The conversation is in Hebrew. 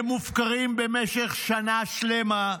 הם מופקרים במשך שנה שלמה.